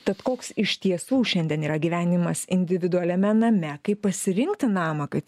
tad koks iš tiesų šiandien yra gyvenimas individualiame name kaip pasirinkti namą kad